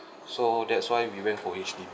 so that's why we went for H_D_B